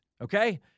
Okay